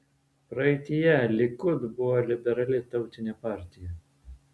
praeityje likud buvo liberali tautinė partija